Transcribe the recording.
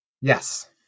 Yes